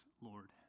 Lord